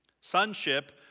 Sonship